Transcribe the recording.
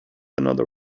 another